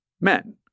men